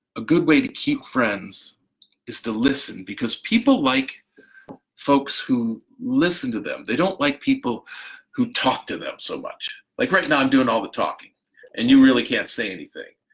a good way to keep friends is to listen because people like folks who listen to them, they don't like people who talk to them so much like right now i'm doing all the talking and you really can't say anything.